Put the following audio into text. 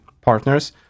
partners